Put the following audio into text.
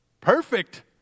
Perfect